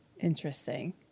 Interesting